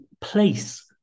place